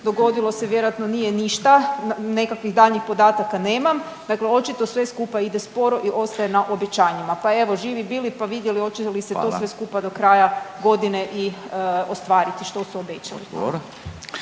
dogodilo se vjerojatno nije ništa. Nekakvih daljnjih podataka nemam. Dakle očito sve skupa ide sporo i ostaje na obećanjima. Pa evo, živi bili pa vidjeli hoće li se to sve skupa do kraja godine i ostvariti što su obećali.